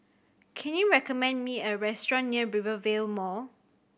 can you recommend me a restaurant near Rivervale Mall